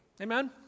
Amen